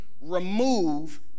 remove